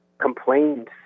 complained